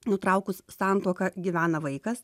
nutraukus santuoką gyvena vaikas